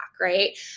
Right